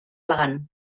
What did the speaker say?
elegant